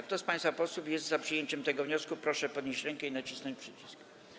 Kto z państwa posłów jest za przyjęciem tego wniosku, proszę podnieść rękę i nacisnąć przycisk.